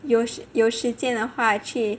有时有时间的话去